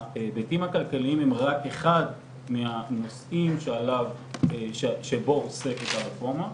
ההיבטים הכלכליים הם רק אחד מהנושאים שבהם עוסקת הרפורמה.